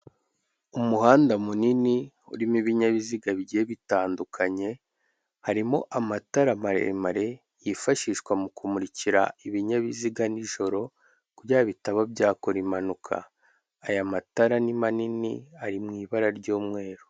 Umuhanda munini urimo ibinyabiziga bigiye bitandukanye, harimo amatara maremare yifashishwa mu kumurikira ibinyabiziga nijoro kugira bitaba byakora impanuka, aya matara ni manani ari mu ibara ry'umweru.